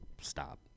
stop